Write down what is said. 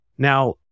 Now